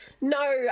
no